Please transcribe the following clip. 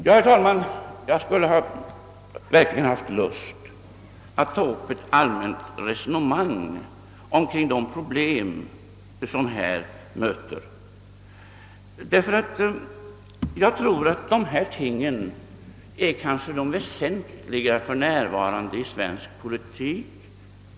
Ja, herr talman, jag skulle verkligen haft lust att ta upp ett allmänt resonemang omkring de problem som här möter — jag tror nämligen att de för närvarande är väsentliga i svensk politik.